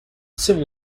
civil